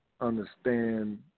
understand